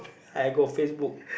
I go Facebook